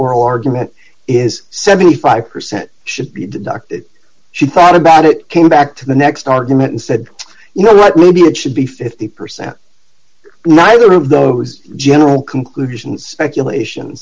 argument is seventy five percent should be deducted she thought about it came back to the next argument and said you know what will be it should be fifty percent neither room those general conclusions regulation